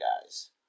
guys